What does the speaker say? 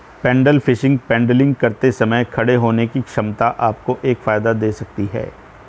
pedal fishing paddling करते समय खड़े होने की क्षमता आपको एक फायदा दे सकती है